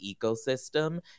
ecosystem